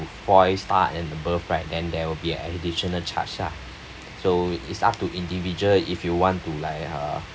four star and above right then there will be additional charge ah so it's up to individual if you want to like uh